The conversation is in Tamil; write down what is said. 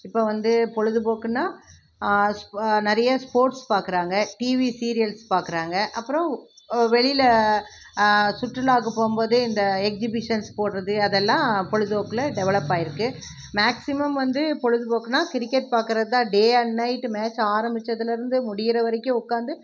இப்போ வந்து பொழுதுபோக்குனா நிறைய ஸ்போர்ட்ஸ் பாக்கிறாங்க டிவி சீரியல்ஸ் பாக்கிறாங்க அப்புறம் வெளியில் சுற்றுலாக்கு போகும்போது இந்த எக்ஸிபிஷன் போடுறது அதெல்லாம் பொழுதுபோக்கில் டெவலப் ஆகியிருக்கு மேக்ஸிமம் வந்து பொழுதுபோக்குனா கிரிக்கெட் பாக்கிறதுதான் டே அண்ட் நைட் மேட்ச் ஆரம்மிச்சதுலேருந்து முடிகிறவரைக்கு உட்காந்து